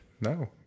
No